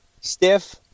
Stiff